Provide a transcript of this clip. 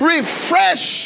Refresh